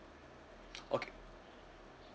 okay